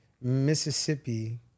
Mississippi